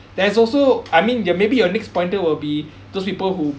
there's also I mean ya maybe your next pointer will be those people who